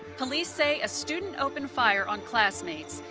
police say a student opened fire on classmates,